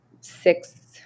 six